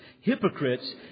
hypocrites